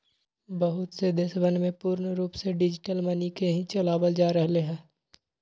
बहुत से देशवन में पूर्ण रूप से डिजिटल मनी के ही चलावल जा रहले है